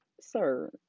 sir